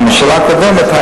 בממשלה הקודמת,